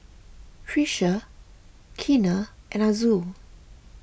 Trisha Keena and Azul